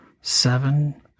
Seven